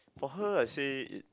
for her I say it's